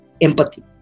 empathy